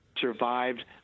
survived